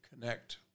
connect